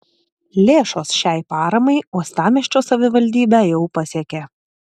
lėšos šiai paramai uostamiesčio savivaldybę jau pasiekė